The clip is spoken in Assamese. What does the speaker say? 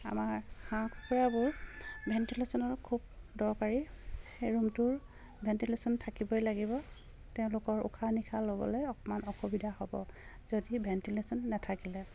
আমাৰ হাঁহ কুকুৰাবোৰ ভেণ্টিলেশ্যনৰো খুব দৰকাৰী ৰুমটোৰ ভেণ্টিলেশ্যন থাকিবই লাগিব তেওঁলোকৰ উশাহ নিশাহ ল'বলে অকমান অসুবিধা হ'ব যদি ভেণ্টিলেশ্যন নেথাকিলে